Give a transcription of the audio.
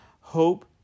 Hope